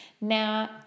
Now